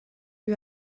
you